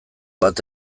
bat